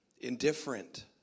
indifferent